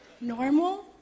Normal